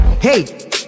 Hey